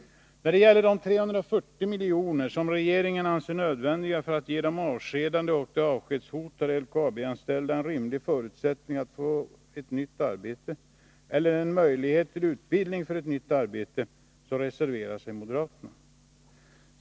När det gäller de 340 milj.kr. som regeringen anser nödvändiga för att ge de avskedade och de avskedshotade LKAB-anställda en rimlig förutsättning att få ett nytt arbete eller en möjlighet till utbildning för ett nytt arbete så reserverar sig moderaterna.